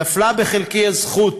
נפלה בחלקי הזכות